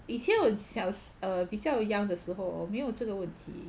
以前我小时 err 比较 young 的时候没有这个问题